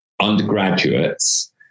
undergraduates